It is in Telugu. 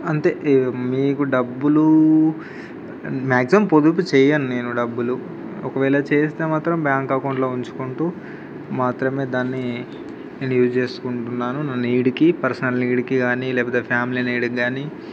అంతే మీకు డబ్బులు మాక్సిమం పొదుపు చేయను నేను డబ్బులు ఒకవేళ చేస్తే మాత్రం బ్యాంక్ అకౌంట్లో ఉంచుకుంటు మాత్రమే దాన్ని నేను యూజ్ చేసుకుంటున్నాను నా నీడ్కి పర్సనల్ నీడ్కి కానీ లేకపోతే ఫ్యామిలీ నీడ్కి కానీ